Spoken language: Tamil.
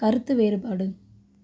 கருத்து வேறுபாடு